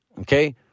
okay